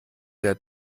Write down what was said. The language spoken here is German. der